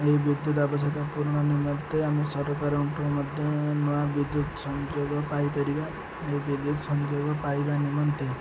ଏହି ବିଦ୍ୟୁତ୍ ଆବଶ୍ୟକତା ପୂର୍ଣ ନିମନ୍ତେ ଆମେ ସରକାରଙ୍କୁ ମଧ୍ୟ ନୂଆ ବିଦ୍ୟୁତ୍ ସଂଯୋଗ ପାଇପାରିବା ଏହି ବିଦ୍ୟୁତ୍ ସଂଯୋଗ ପାଇବା ନିମନ୍ତେ